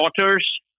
daughters